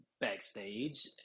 backstage